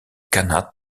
khanat